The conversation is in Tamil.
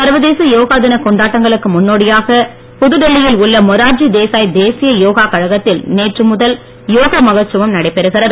சர்வதேச யோகா தினக் கொண்டாட்டங்களுக்கு முன்னோடியாக புதுடெல்லியில் உள்ள மொரார்ஜி தேசாய் தேசிய யோக கழகத்தில் நேற்று முதல் யோகா மகோத்சவம் நடைபெறுகிறது